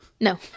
No